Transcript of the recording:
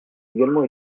également